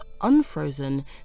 unfrozen